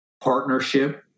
partnership